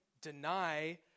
deny